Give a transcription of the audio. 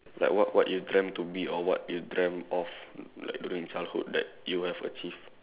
like what what you dreamt to be or what you dreamt of like during childhood that you have achieved